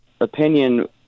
opinion